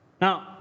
Now